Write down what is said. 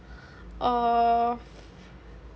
or